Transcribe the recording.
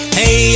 hey